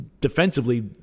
defensively